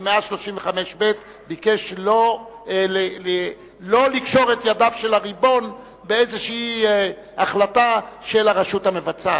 ש-135(ב) ביקש לא לקשור את ידיו של הריבון באיזו החלטה של הרשות המבצעת,